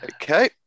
Okay